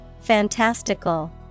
Fantastical